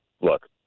look